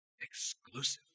exclusive